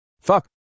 Fuck